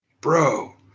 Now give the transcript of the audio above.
bro